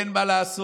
אין מה לעשות,